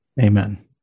Amen